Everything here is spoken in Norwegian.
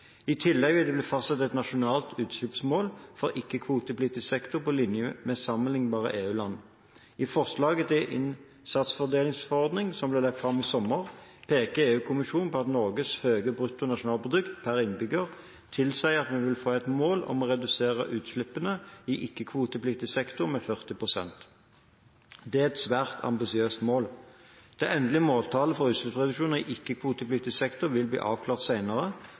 I tillegg vil det bli fastsatt et nasjonalt utslippsmål for ikke-kvotepliktig sektor på linje med sammenlignbare EU-land. I forslaget til innsatsfordelingsforordning som ble lagt fram i sommer, peker EU-kommisjonen på at Norges høye brutto nasjonalprodukt per innbygger tilsier at vi vil få et mål om å redusere utslippene i ikke-kvotepliktig sektor med 40 pst. Det er et svært ambisiøst mål. Det endelige måltallet for utslippsreduksjoner i ikke-kvotepliktig sektor vil bli avklart